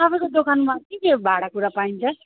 तपाईँको दोकानमा के के भाँडाकुँडा पाइन्छ